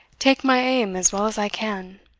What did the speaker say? take my aim as well as i can.